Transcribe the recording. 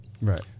Right